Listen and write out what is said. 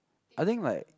I think like